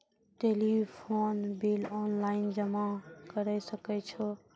Telephone bill online जमा करै सकै छौ?